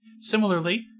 Similarly